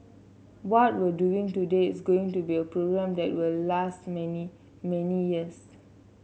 what we're doing today is going to be a program that will last many many years